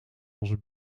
onze